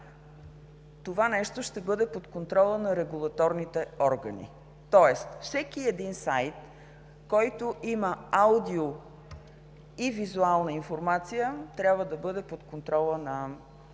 това ще бъде под контрола на регулаторните органи. Тоест всеки един сайт, който има аудио- и визуална информация, трябва да бъде под контрола на Съвета за електронни